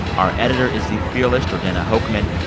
our editor is the fearless jordana hochman.